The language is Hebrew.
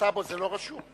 בטאבו זה לא רשום?